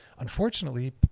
Unfortunately